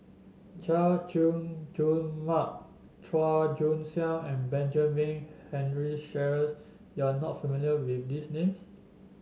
Chay Jung Jun Mark Chua Joon Siang and Benjamin Henry Sheares you are not familiar with these names